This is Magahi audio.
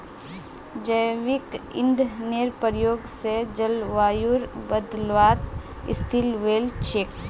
जैविक ईंधनेर प्रयोग स जलवायुर बदलावत स्थिल वोल छेक